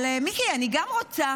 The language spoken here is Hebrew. אבל מיקי, אני גם רוצה,